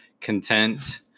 content